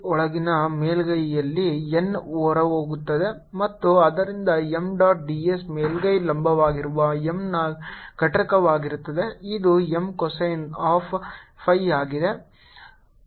ಒಳಗಿನ ಮೇಲ್ಮೈಯಲ್ಲಿ n ಹೊರಹೋಗುತ್ತಿದೆ ಮತ್ತು ಆದ್ದರಿಂದ M ಡಾಟ್ ds ಮೇಲ್ಮೈಗೆ ಲಂಬವಾಗಿರುವ M ನ ಘಟಕವಾಗಿರುತ್ತದೆ ಇದು M cosine ಆಫ್ phi ಆಗಿದೆ